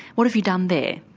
what have you done there?